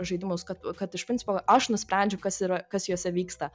žaidimus kad kad iš principo aš nusprendžiu kas ir kas juose vyksta